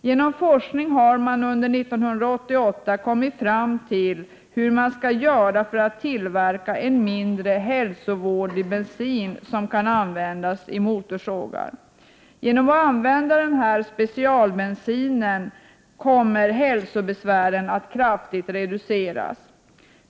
Genom forskning har man under 1988 kommit fram till hur man skall göra för att tillverka en mindre hälsovådlig bensin som kan användas i motorsågar. Genom att använda denna specialbensin kommer många hälsobesvär att kraftigt reduceras.